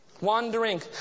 wandering